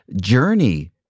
journey